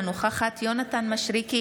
אינה נוכחת יונתן מישרקי,